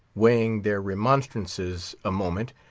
weighing their remonstrances a moment,